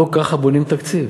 לא ככה בונים תקציב.